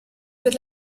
per